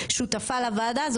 שותפה לוועדה הזו,